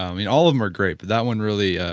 um yeah all of them are great, but that one really ah